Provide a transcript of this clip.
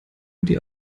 dir